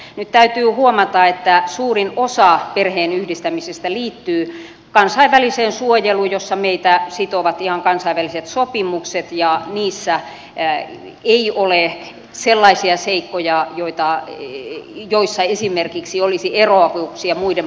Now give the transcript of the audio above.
nyt täytyy huomata että suurin osa perheenyhdistämisistä liittyy kansainväliseen suojeluun jossa meitä sitovat ihan kansainväliset sopimukset ja niissä ei ole sellaisia seikkoja joissa esimerkiksi olisi eroavuuksia muiden pohjoismaiden suuntaan